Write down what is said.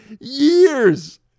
Years